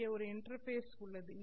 இங்கே ஒரு இன்டர்பேஸ் உள்ளது